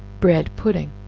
bread pudding.